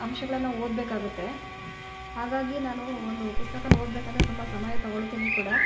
ಅಂಶಗಳನ್ನು ಓದಬೇಕಾಗುತ್ತೆ ಹಾಗಾಗಿ ನಾನೂ ಒಂದು ಪುಸ್ತಕ ಓದಬೇಕಂದ್ರೆ ತುಂಬ ಸಮಯ ತಗೋಳ್ತೀನಿ ಕೂಡ